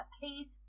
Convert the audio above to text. please